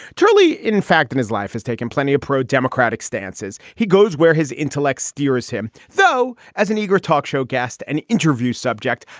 turley, in fact, in his life has taken plenty of pro-democratic stances. he goes where his intellect steers him. so as an eager talk show guest, an interview subject,